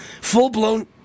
full-blown